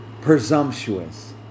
presumptuous